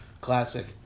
classic